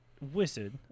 wizard